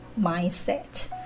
mindset